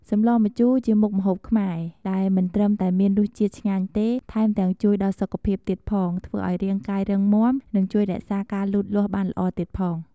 សម្លម្ជូរជាមុខម្ហូបខ្មែរ ដែលមិនត្រឹមតែមានរសជាតិឆ្ងាញ់ទេ ថែមទាំងជួយដល់សុខភាពទៀតផងធ្វើឱ្យរាងកាយរឹងមាំនិងជួយរក្សាការលូតលាស់បានល្អទៀតផង។